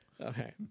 Okay